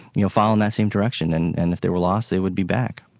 you know follow in that same direction, and and if they were lost, they would be back.